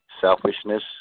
selfishness